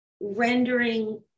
rendering